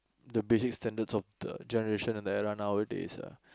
the basic standards of the generation and era nowadays lah